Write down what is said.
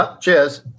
Cheers